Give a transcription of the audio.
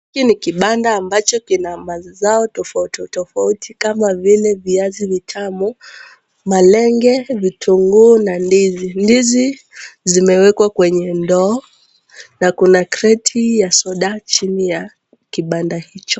Hiki ni kibanda ambacho kina mazao tofauti tofauti kama vile viazi vitamu, malenge, vitunguu na ndizi. Ndizi zimewekwa kwenye ndoo na kuna kreti ya soda chini ya kibanda hicho.